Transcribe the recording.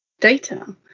data